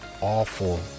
awful